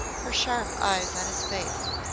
her sharp eyes on his face.